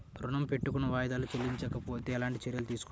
ఋణము పెట్టుకున్న వాయిదాలలో చెల్లించకపోతే ఎలాంటి చర్యలు తీసుకుంటారు?